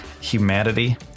humanity